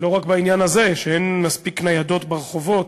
לא רק בעניין הזה, שאין מספיק ניידות ברחובות,